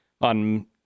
on